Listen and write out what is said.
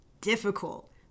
difficult